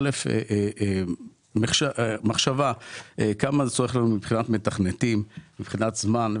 א' מחשבה כמה זה צורך לנו מבחינת מתכנתים ומבחינת זמן,